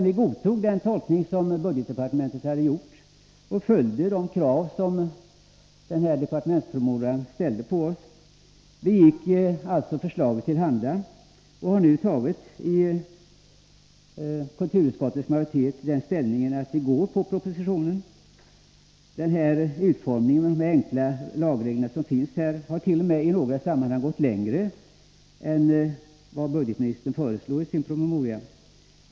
Vi godtog budgetdepartementets tolkning och uppfyllde de krav som departementspromemorian ställde på oss. Kulturutskottet gick förslagsställaren till handa. Kulturutskottets majoritet har nu biträtt propositionen. Utformningen av de enkla lagreglerna har i några sammanhang t.o.m. gått längre än budgetministern föreslår i sin promemoria.